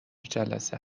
جلسه